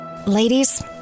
Ladies